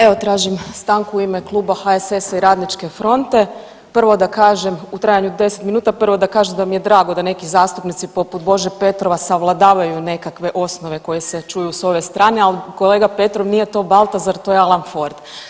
Evo tražim stanku u ime Kluba HSS-a i Radničke fronte, prvo da kaže, u trajanju od 10 minuta, prvo da kažem da mi je drago da neki zastupnici poput Bože Petrova savladavaju nekakve osnove koje se čuju s ove strane, ali kolega Petrov nije to Baltazar, to je Alan Ford.